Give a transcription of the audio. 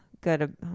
good